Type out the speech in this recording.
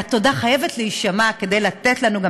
והתודה חייבת להישמע כדי לתת לנו גם